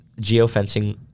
geofencing—